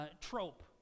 trope